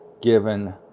given